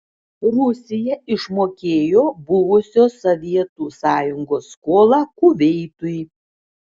rusija išmokėjo buvusios sovietų sąjungos skolą kuveitui